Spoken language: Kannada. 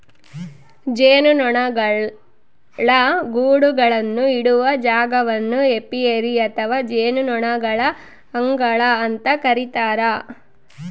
ಜೇನುನೊಣಗಳ ಗೂಡುಗಳನ್ನು ಇಡುವ ಜಾಗವನ್ನು ಏಪಿಯರಿ ಅಥವಾ ಜೇನುನೊಣಗಳ ಅಂಗಳ ಅಂತ ಕರೀತಾರ